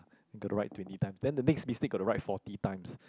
gonna write twenty times then the next mistake gonna write forty times